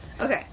Okay